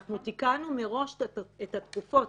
תיקנו מראש את התקופות.